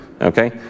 Okay